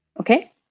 Okay